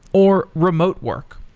or remote work.